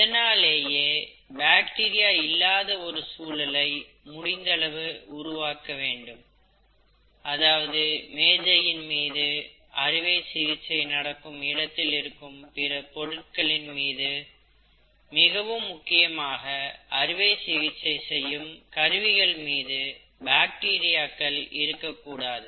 இதனாலேயே பாக்டீரியா இல்லாத ஒரு சூழலை முடிந்தளவு உருவாக்க வேண்டும் அதாவது மேஜையின் மீது அறுவை சிகிச்சை நடக்கும் இடத்தில் இருக்கும் பிற பொருட்களின் மீது மிகவும் முக்கியமாக அறுவைசிகிச்சை செய்யும் கருவியின் மீது பாக்டீரியாக்கள் இருக்கக் கூடாது